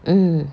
mm